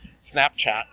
Snapchat